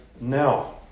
now